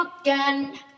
again